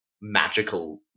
magical